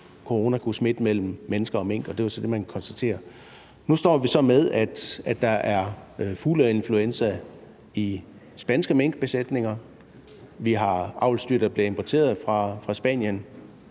corona kunne smitte mellem mennesker og mink, og det var så det, man konstaterede. Nu står vi så med, at der er fugleinfluenza i spanske minkbesætninger. Vi har avlsdyr, der bliver importeret fra Spanien,